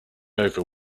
over